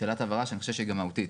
שאלת הבהרה שאני חושב שהיא גם מהותית.